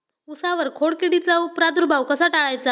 उसावर खोडकिडीचा प्रादुर्भाव कसा टाळायचा?